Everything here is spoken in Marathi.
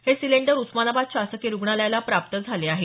हे सिलेंडर उस्मानाबाद शासकीय रुग्णालयाला प्राप्त झाले आहेत